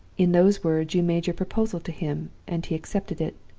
in those words, you made your proposal to him, and he accepted it.